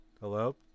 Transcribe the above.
Hello